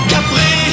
Capri